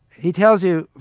he tells you,